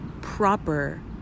proper